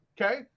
Okay